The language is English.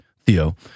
theo